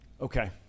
Okay